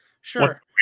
Sure